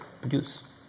produce